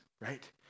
right